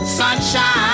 sunshine